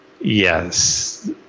Yes